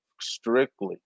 strictly